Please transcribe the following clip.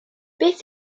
beth